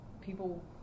people